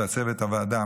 לצוות הוועדה,